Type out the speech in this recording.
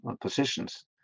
positions